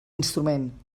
instrument